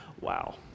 Wow